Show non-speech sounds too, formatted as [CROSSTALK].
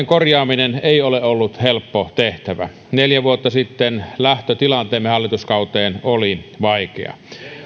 [UNINTELLIGIBLE] korjaaminen ei ole ollut helppo tehtävä neljä vuotta sitten lähtötilanteemme hallituskauteen oli vaikea